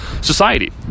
society